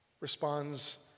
responds